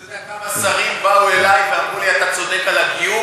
אתה יודע כמה שרים באו אלי ואמרו לי: אתה צודק לגבי הגיור,